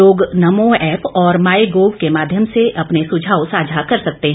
लोग नमो ऐप और MyGov के माध्यम से अपने सुझाव साझा कर सकते हैं